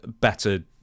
better